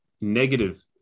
negative